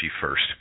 first